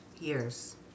years